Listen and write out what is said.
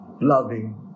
loving